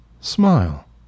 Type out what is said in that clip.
Smile